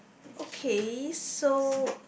okay so